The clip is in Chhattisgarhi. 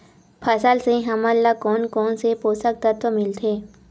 फसल से हमन ला कोन कोन से पोषक तत्व मिलथे?